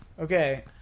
Okay